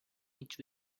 each